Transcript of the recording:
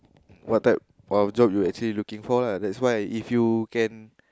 what type of job you actually looking for lah that's why if you can